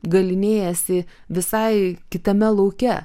galynėjiesi visai kitame lauke